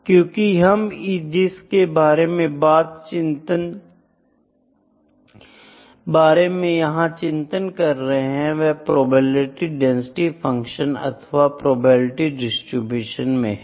क्योंकि हम जिसके बारे में यहां चिंतन कर रहे हैं वह प्रोबेबिलिटी डेंसिटी फंक्शन अथवा प्रोबेबिलिटी डिस्ट्रीब्यूशन में है